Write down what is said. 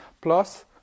plus